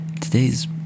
Today's